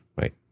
Wait